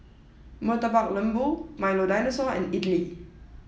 Murtabak Lembu Milo Dinosaur and Idly